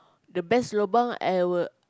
the best lobang I will